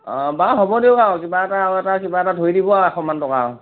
বাৰু হ'ব দিয়ক আৰু কিবা এটা আৰু এটা ধৰি দিব আৰু মান টকা